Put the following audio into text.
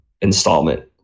installment